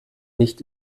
nicht